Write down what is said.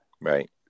Right